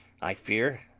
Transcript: i fear,